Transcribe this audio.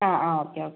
ആ ആ okay okay